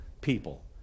people